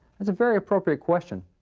it's a very appropriate question.